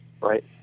Right